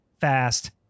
fast